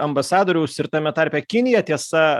ambasadoriaus ir tame tarpe kinija tiesa